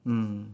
mm